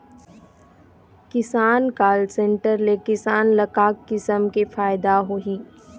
किसान call centre ले किसान ल का किसम के फायदा होही?